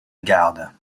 garde